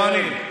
לא אני.